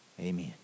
Amen